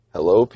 Hello